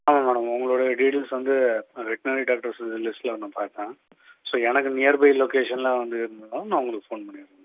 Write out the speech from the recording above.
ஆமாம் மேடம் உங்களுடைய டீடெயில்ஸ் வந்து வெட்னரி டாக்டர்ஸ் லிஸ்ட்டில நான் பார்த்தேன் ஸோ எனக்கு நியர்பை லொக்கேஷனில் வந்து இருந்ததும் நான் உங்களுக்கு ஃபோன் பண்ணிருக்கேன் மேடம்